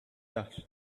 that